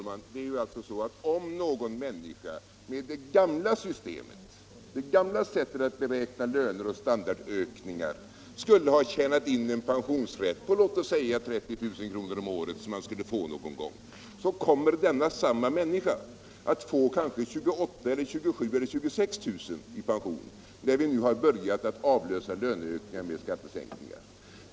Herr talman! Om någon människa med det gamla sättet att berakna löner och standardökningar skulle ha tjänat in en pensionsrätt på låt oss säga 30 000 kr. om året, så kommer samma människa att få kanske 28 000, 27 000 eller 26 000 i pension när vi nu har börjat avlösa löneökningar med skattesänkningar.